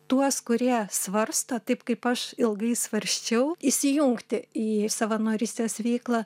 tuos kurie svarsto taip kaip aš ilgai svarsčiau įsijungti į savanorystės veiklą